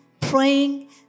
praying